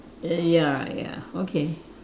err ya ya okay